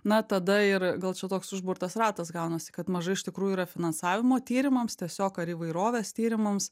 na tada ir gal čia toks užburtas ratas gaunasi kad mažai iš tikrųjų yra finansavimo tyrimams tiesiog ar įvairovės tyrimams